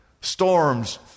storms